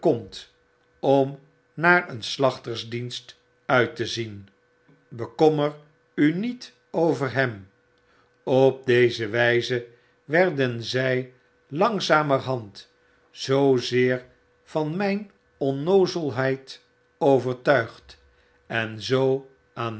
om naar een slachtersdienst uit te zien bekommer u niet over hem op deze wijze werden zy langzamerhand zoozeer van myn